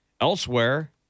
elsewhere